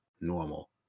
normal